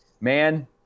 man